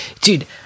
Dude